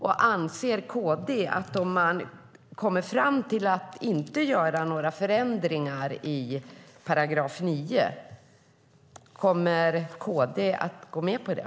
Om man kommer fram till att inte göra några förändringar i § 9, kommer KD att gå med på det?